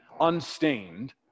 unstained